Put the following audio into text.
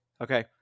Okay